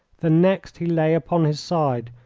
the next he lay upon his side,